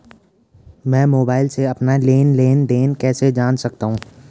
मैं मोबाइल से अपना लेन लेन देन कैसे जान सकता हूँ?